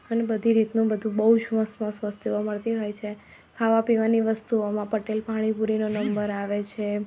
અને બધી રીતનું બધું બહુ જ મસ્ત મસ્ત વસ્તુઓ મળતી હોય છે ખાવા પીવાની વસ્તુઓ પટેલ પાણીપુરીનો નંબર આવે છે